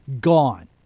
Gone